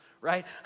right